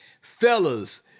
fellas